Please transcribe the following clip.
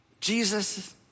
Jesus